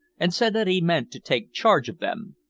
and said that he meant to take charge of them.